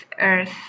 earth